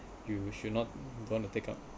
you should not don't want to take up